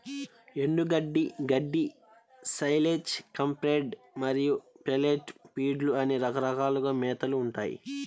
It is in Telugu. ఎండుగడ్డి, గడ్డి, సైలేజ్, కంప్రెస్డ్ మరియు పెల్లెట్ ఫీడ్లు అనే రకాలుగా మేతలు ఉంటాయి